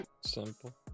Simple